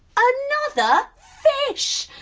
another fish.